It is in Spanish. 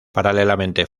paralelamente